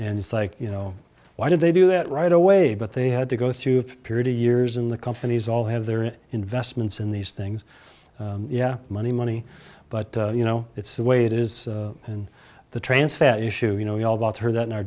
and it's like you know why did they do that right away but they had to go through a period of years in the companies all have their investments in these things yeah money money but you know it's the way it is and the trans fat issue you know we all bought her that in our